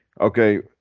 okay